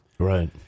Right